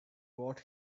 what